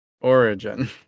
origin